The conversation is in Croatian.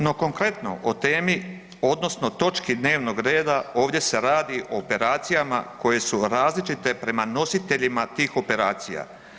No konkretno o temi odnosno točki dnevnog reda ovdje se radi o operacijama koje su različite prema nositeljima tih operacija.